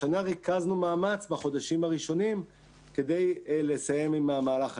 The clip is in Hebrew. השנה ריכזנו מאמץ בחודשים הראשונים כדי לסיים עם המהלך הזה,